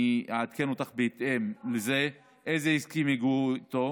אני אעדכן אותך בהסכם, לאיזה הסכם הגיעו איתם.